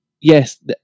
yes